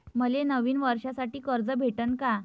मले नवीन वर्षासाठी कर्ज भेटन का?